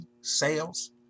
sales